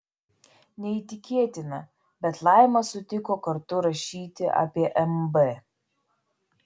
neįtikėtina bet laima sutiko kartu rašyti apie mb